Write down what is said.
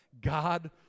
God